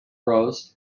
roast